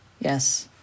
Yes